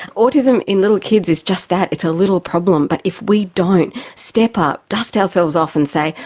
autism in little kids is just that, it's a little problem, but if we don't step up, dust ourselves off and say,